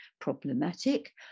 problematic